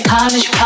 College